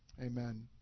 Amen